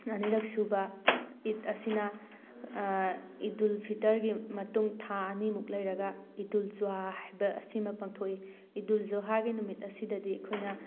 ꯑꯅꯤꯔꯛꯁꯨꯕ ꯏꯠ ꯑꯁꯤꯅ ꯏꯠꯗꯨꯜ ꯐꯤꯜꯇꯔꯒꯤ ꯃꯇꯨꯡ ꯊꯥ ꯑꯅꯤꯃꯨꯛ ꯂꯩꯔꯒ ꯏꯠꯗꯨꯜ ꯖꯨꯍꯥ ꯍꯥꯏꯕ ꯑꯁꯤꯃ ꯄꯥꯡꯊꯣꯛꯏ ꯏꯠꯗꯨꯜ ꯖꯨꯍꯥꯒꯤ ꯅꯨꯃꯤꯠ ꯑꯁꯤꯗꯗꯤ ꯑꯩꯈꯣꯏꯅ